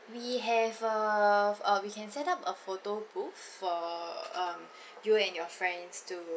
we have err uh we can set up a photo booth for um you and your friends to